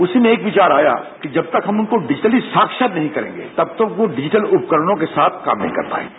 उसी में एक विचार आया कि जब तक हम उनको डिजिटली साक्षर नहीं करेंगे तब तक वो डिजिटल उपकरणों के साथ काम नहीं कर पाएगे